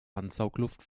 ansaugluft